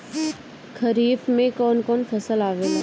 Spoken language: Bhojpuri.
खरीफ में कौन कौन फसल आवेला?